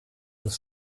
des